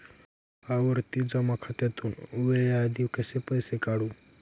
आवर्ती जमा खात्यातून वेळेआधी कसे पैसे काढू?